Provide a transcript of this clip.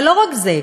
אבל לא רק זה.